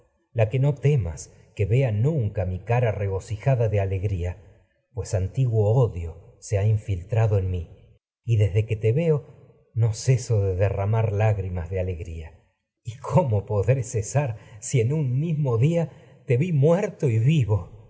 la que no temas que vea nunca mi cara regocijada de ale gría pues antiguo odio se que ha infiltrado en mí y desde lágrimas te veo no ceso de derramar un de alegría muerto se me y cómo podré y cesar si en mí mismo día te vi vivo